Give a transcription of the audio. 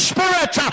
Spirit